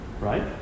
Right